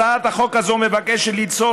הצעת החוק הזאת מבקשת ליצור